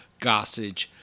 Gossage